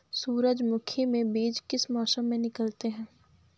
सूरजमुखी में बीज किस मौसम में निकलते हैं?